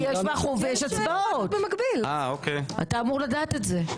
כי יש הצבעות במקביל, אתה אמור לדעת את זה.